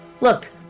Look